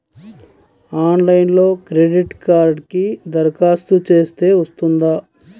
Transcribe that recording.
ఆన్లైన్లో క్రెడిట్ కార్డ్కి దరఖాస్తు చేస్తే వస్తుందా?